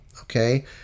okay